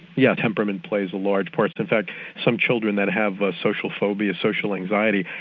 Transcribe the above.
yeah temperament plays a large part. in fact some children that have ah social phobias, social anxiety,